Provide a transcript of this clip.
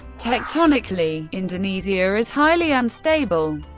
tectonically, indonesia is highly unstable.